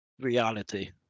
reality